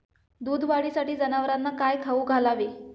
दूध वाढीसाठी जनावरांना काय खाऊ घालावे?